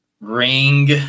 ring